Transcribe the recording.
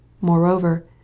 Moreover